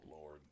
Lord